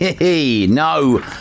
No